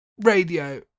Radio